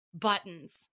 buttons